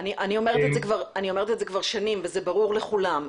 אני כבר שנים אומרת את זה וזה ברור לכולם,